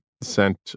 sent